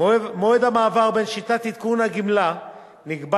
מועד המעבר בין שיטות עדכון הגמלה נקבע